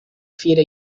fiera